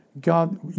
God